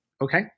Okay